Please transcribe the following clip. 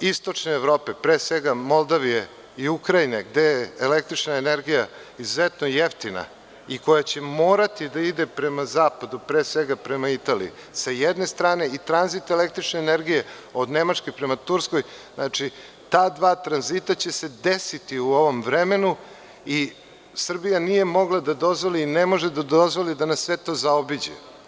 istočne Evrope, pre svega Moldavije i Ukrajine, gde je električna energija izuzetno jeftina i koja će morati da ide prema zapadu, pre svega, prema Italiji, sa jedne strane, i tranzit električne energije od Nemačke prema Turskoj, ta dva tranzita će se desiti u ovom vremenu, i Srbija nije mogla da dozvoli i ne može da dozvoli da nas sve to zaobiđe.